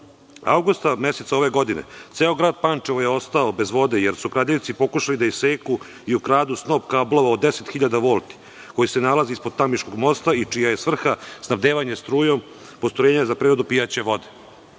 meseca ove godine ceo grad Pančevo je ostao bez vode, jer su kradljivci pokušali da iseku i ukradu snop kablova od 10.000 volti, koji se nalazi ispod Tamiškog mosta i čija je svrha snabdevanje strujom postrojenja za preradu pijaće vode. Krađa